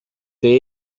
there